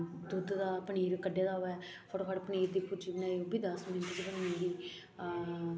दुद्ध दा पनीर कड्ढे दा होऐ फटोफट पनीर दी भुर्जी बनाई उब्बी दस मिंट्ट च बनी जंदी